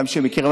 אדם שמכיר,